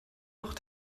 noch